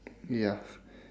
ya